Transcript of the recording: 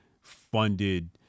funded